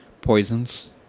poisons